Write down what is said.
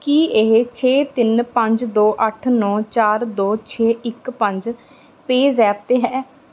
ਕੀ ਇਹ ਛੇ ਤਿੰਨ ਪੰਜ ਦੋ ਅੱਠ ਨੌਂ ਚਾਰ ਦੋ ਛੇ ਇੱਕ ਪੰਜ ਪੇਜ਼ੈਪ 'ਤੇ ਹੈ